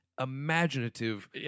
imaginative